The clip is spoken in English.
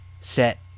set